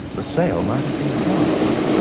the sales might have been halved.